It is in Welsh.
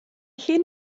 hyn